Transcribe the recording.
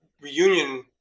reunion